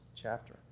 chapter